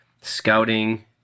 scouting –